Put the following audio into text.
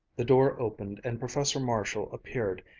the door opened and professor marshall appeared,